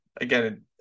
Again